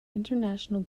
international